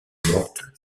morte